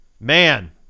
man